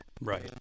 right